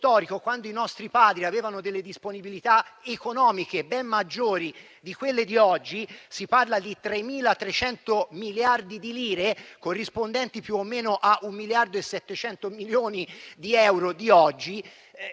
storico i nostri padri avevano delle disponibilità economiche ben maggiori di quelle di oggi. Si parla di 3.300 miliardi di lire, corrispondenti più o meno a 1,7 miliardi di euro di oggi.